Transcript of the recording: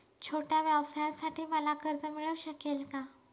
छोट्या व्यवसायासाठी मला कर्ज मिळू शकेल का?